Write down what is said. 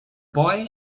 boy